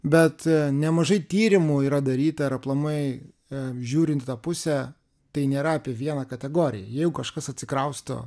bet nemažai tyrimų yra daryta ir aplamai apžiūrint į tą pusę tai nėra apie vieną kategoriją jeigu kažkas atsikrausto